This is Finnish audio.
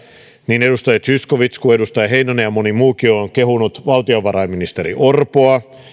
niin edustaja zyskowicz kuin edustaja heinonen ja moni muukin on kehunut valtiovarainministeri orpoa